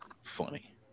funny